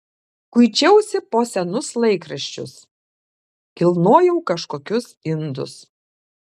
kuičiausi po senus laikraščius kilnojau kažkokius indus